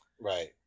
Right